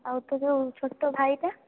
ଆଉ ତୋର ଯେଉଁ ଛୋଟ ଭାଇଟା